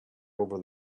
over